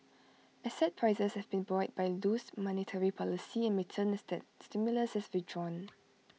asset prices have been buoyed by loose monetary policy and may turn as that stimulus is withdrawn